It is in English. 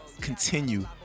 continue